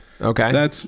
Okay